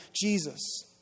Jesus